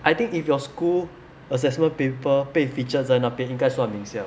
I think if your school assessment paper 被 featured 在那边应该算名校